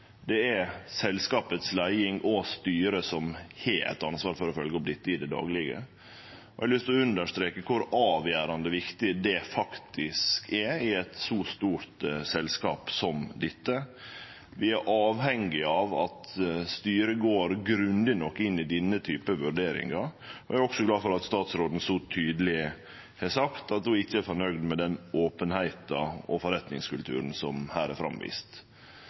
det er leiinga i selskapet og styret som har eit ansvar for å følgje opp dette i det daglege. Eg har lyst til å understreke kor avgjerande viktig det faktisk er i eit så stort selskap som dette. Vi er avhengige av at styret går grundig nok inn i denne typen vurderingar. Eg er også glad for at statsråden så tydeleg har sagt at ho ikkje er fornøgd med den openheita og forretningskulturen som her er